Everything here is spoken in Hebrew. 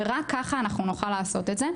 ורק כך נוכל לעשות את זה.